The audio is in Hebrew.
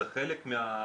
זה חלק מהתרבות,